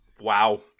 Wow